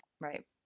Right